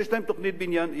שיש להם תוכנית בניין עיר.